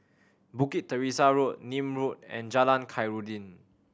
Bukit Teresa Road Nim Road and Jalan Khairuddin